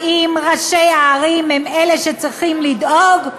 האם ראשי הערים הם אלה שצריכים לדאוג?